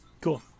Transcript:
Cool